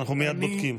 אנחנו מייד בודקים.